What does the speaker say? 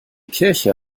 kirche